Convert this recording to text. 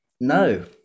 No